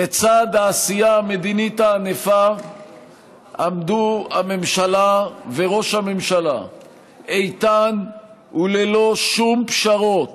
לצד העשייה המדינית הענפה עמדו הממשלה וראש הממשלה איתן וללא שום פשרות